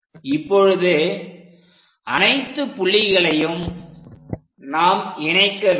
இப்பொழுது அனைத்து புள்ளிகளையும் நாம் இணைக்க வேண்டும்